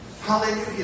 Hallelujah